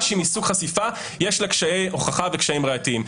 אחרת שהיא מסוג חשיפה יש לה קשיי הוכחה וקשיים ראייתיים.